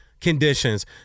conditions